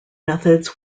methods